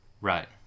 Right